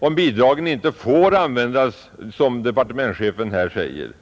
Om bidragen inte får användas, som departementschefen här säger,